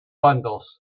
bundles